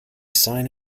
sign